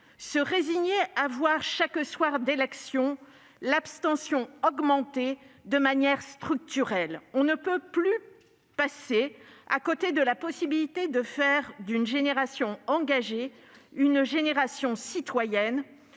se résigner à voir chaque soir d'élection l'abstention augmenter de manière structurelle. On ne peut passer plus longtemps à côté de la possibilité de faire d'une génération engagée une génération citoyenne.